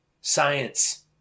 Science